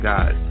God